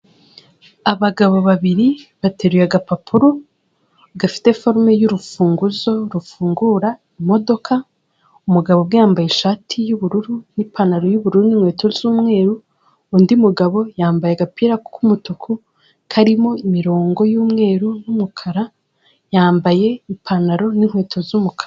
Abagabo babiri bateruye agapapuro gafite forume y'urufunguzo rufungura imodoka, umugabo ubwe yambaye ishati y'ubururu n'ipantaro y'ubururu n'inkweto z'umweru undi mugabo yambaye agapira k'umutuku, karimo imirongo y'umweru n'umukara yambaye ipantaro n'inkweto z'umukara.